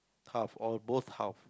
half all both half